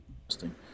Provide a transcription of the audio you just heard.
interesting